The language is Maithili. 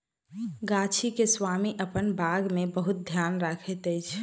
गाछी के स्वामी अपन बाग के बहुत ध्यान रखैत अछि